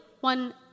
one